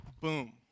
boom